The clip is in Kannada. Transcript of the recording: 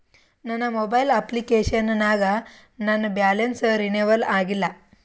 ನನ್ನ ಮೊಬೈಲ್ ಅಪ್ಲಿಕೇಶನ್ ನಾಗ ನನ್ ಬ್ಯಾಲೆನ್ಸ್ ರೀನೇವಲ್ ಆಗಿಲ್ಲ